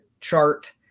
chart